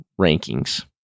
rankings